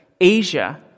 Asia